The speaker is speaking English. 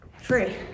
free